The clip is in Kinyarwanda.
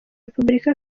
repubulika